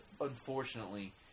unfortunately